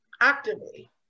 actively